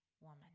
woman